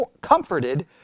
comforted